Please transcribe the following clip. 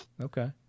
Okay